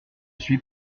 suis